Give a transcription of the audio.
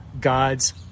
God's